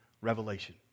revelation